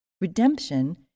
redemption